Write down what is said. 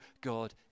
God